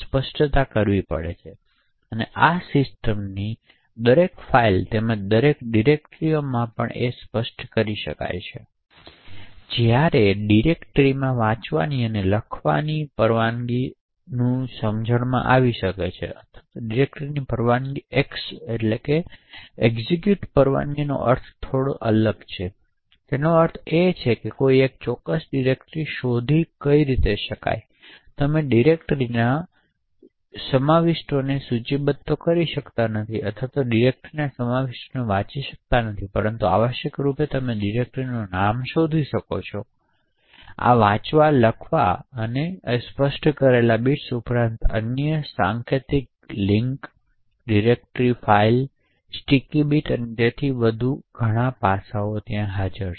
તેથી આ સિસ્ટમની દરેક ફાઇલ માટે તેમજ દરેક ડિરેક્ટરીમાં પણ સ્પષ્ટ કરી શકાય છે જ્યારે ડિરેક્ટરીમાં વાંચવાની અને લખવાની ડિરેક્ટરીની પરવાનગી ચલાવવાનું સમજણ આવે છે અથવા ડિરેક્ટરી પરની X પરવાનગીનો જુદો અર્થ છે તેનો અર્થ એ છે કે એક ચોક્કસ ડિરેક્ટરી શોધી શકે છે તમે ડિરેક્ટરીના સમાવિષ્ટોને સૂચિબદ્ધ કરી શકતા નથી અથવા ડિરેક્ટરીના સમાવિષ્ટોને વાંચી શકતા નથી પરંતુ આવશ્યક રૂપે તમે તે ડિરેક્ટરીનું નામ શોધી શકો છો આ વાંચવા લખવા સ્પષ્ટ કરેલ બિટ્સ ઉપરાંત અન્ય સાંકેતિક લિંક્સ ડિરેક્ટરી ફાઇલો સ્ટીકી બિટ્સ અને તેથી વધુ જેવા પાસાં પણ છે